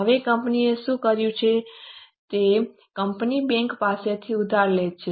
હવે કંપનીએ શું કર્યું છે તે છે કંપની બેંક પાસેથી ઉધાર લે છે